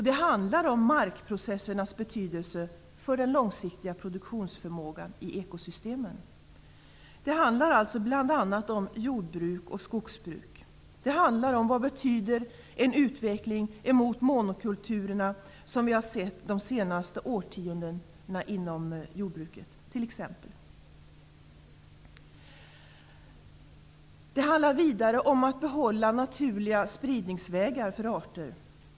Det handlar om markprocessernas betydelse för den långsiktiga produktionsförmågan i ekosystemen, dvs. bl.a. jord och skogsbruk. Det är t.ex. fråga om vad en utveckling mot monokulturer, som vi har sett de senaste årtiondena, har för betydelse för jordbruket. Det handlar vidare om att behålla naturliga spridningsvägar för arter.